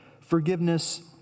Forgiveness